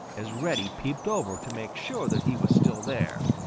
as reddy peeped over to make sure that he was still there.